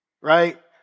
right